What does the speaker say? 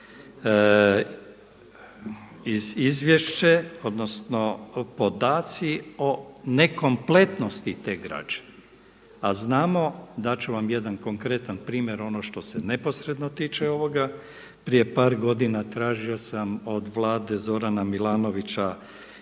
se izvješće, odnosno podaci o nekompletnosti te građe. A znamo dat ću vam jedan konkretan primjer ono što se neposredno tiče ovoga, prije par godina tražio sam od Vlade Zorana Milanovića